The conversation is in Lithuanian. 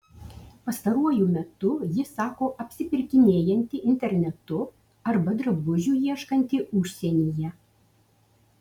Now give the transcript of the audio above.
pastaruoju metu ji sako apsipirkinėjanti internetu arba drabužių ieškanti užsienyje